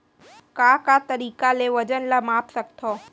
का का तरीक़ा ले वजन ला माप सकथो?